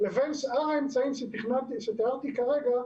לבין שאר האמצעי שתיארתי כרגע,